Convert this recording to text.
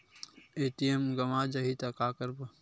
ATM गवां जाहि का करबो?